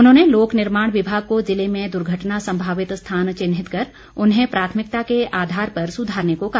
उन्होंने लोक निर्माण विभाग को जिले में दुर्घटना संभावित स्थान चिन्हित कर उन्हें प्राथमिकता के आधार पर सुधारने को कहा